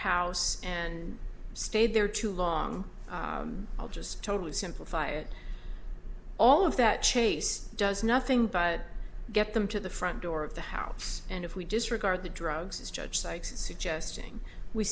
house and stayed there too long i'll just totally simplify it all of that chase does nothing but get them to the front door of the house and if we disregard the drugs as judge sykes is suggesting we